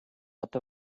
attı